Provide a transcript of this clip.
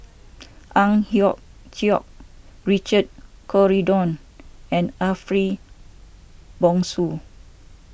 Ang Hiong Chiok Richard Corridon and Ariff Bongso